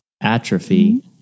atrophy